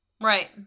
Right